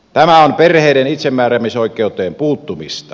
tämä on perheiden itsemääräämisoikeuteen puuttumista